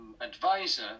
advisor